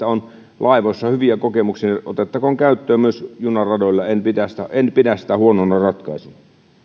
on laivoissa hyviä kokemuksia otettakoon käyttöön myös junaradoilla en pidä sitä huonona ratkaisuna